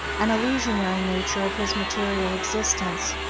and illusionary nature of his material existence,